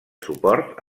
suport